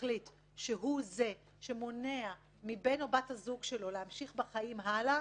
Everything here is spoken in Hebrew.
מחליט שהוא זה שמונע מבן או מבת הזוג שלו להמשיך בחיים הלאה,